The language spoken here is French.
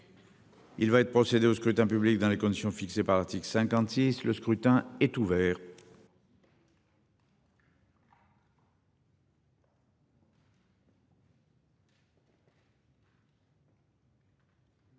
Il va être procédé au scrutin public dans les conditions fixées par l'article 56, le scrutin est ouvert.